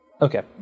Okay